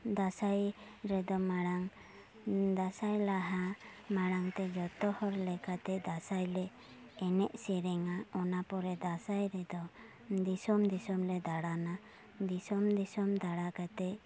ᱫᱟᱥᱟᱭ ᱨᱮᱫᱚ ᱢᱟᱲᱟᱝ ᱫᱟᱥᱟᱭ ᱞᱟᱦᱟ ᱢᱟᱲᱟᱝᱛᱮ ᱡᱚᱛᱚ ᱦᱚᱲᱞᱮᱠᱟᱛᱮ ᱫᱟᱥᱟᱭᱞᱮ ᱮᱱᱮᱡ ᱥᱮᱨᱮᱧᱟ ᱚᱱᱟ ᱯᱚᱨᱮ ᱫᱟᱥᱟᱭ ᱨᱮᱫᱚ ᱫᱤᱥᱚᱢ ᱫᱤᱥᱚᱢ ᱞᱮ ᱫᱟᱬᱟᱱᱟ ᱫᱤᱥᱚᱢ ᱫᱤᱥᱚᱢ ᱫᱟᱬᱟ ᱠᱟᱛᱮᱫ